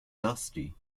dusty